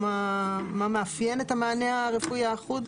מה מאפיין את המענה הרפואי האחוד?